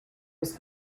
was